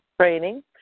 training